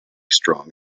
strong